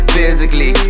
Physically